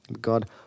God